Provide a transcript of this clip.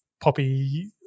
poppy